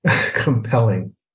compelling